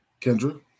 Kendra